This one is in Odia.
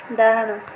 ଡାହାଣ